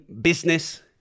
business